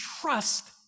trust